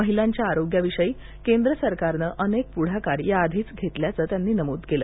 महिलांच्या आरोग्याविषयी केंद्र सरकारनं अनेक पुढाकार या आधीच घेतल्याचं त्यांनी नमूद केलं